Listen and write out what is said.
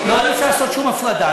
לא, אי-אפשר לעשות שום הפרדה.